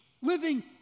Living